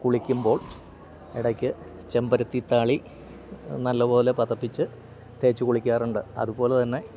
കുളിക്കുമ്പോൾ ഇടയ്ക്ക് ചെമ്പരത്തിത്താളി നല്ലപോലെ പതപ്പിച്ച് തേച്ചുകുളിക്കാറുണ്ട് അതുപോലെതന്നെ